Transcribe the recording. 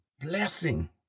blessing